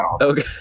Okay